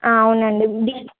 అవునండి